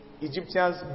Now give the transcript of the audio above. Egyptians